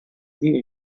vive